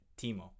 Timo